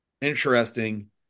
Interesting